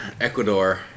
Ecuador